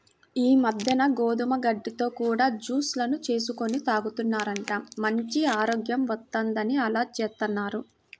ఈ మద్దెన గోధుమ గడ్డితో కూడా జూస్ లను చేసుకొని తాగుతున్నారంట, మంచి ఆరోగ్యం వత్తందని అలా జేత్తన్నారు